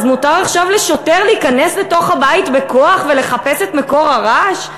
אז מותר עכשיו לשוטר להיכנס לתוך הבית בכוח ולחפש את מקור הרעש?